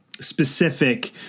specific